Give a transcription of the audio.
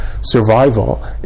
survival